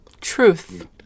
truth